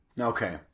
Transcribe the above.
Okay